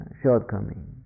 shortcoming